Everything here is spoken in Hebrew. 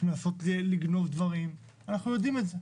שמנסות לגנוב דברים ואנחנו יודעים את זה.